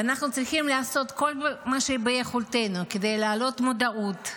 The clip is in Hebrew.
ואנחנו צריכים לעשות כל מה שביכולתנו כדי להעלות מודעות,